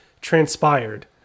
transpired